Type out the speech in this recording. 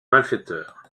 malfaiteur